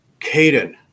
Caden